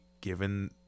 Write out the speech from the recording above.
given